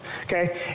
okay